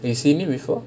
you seen it before